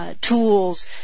tools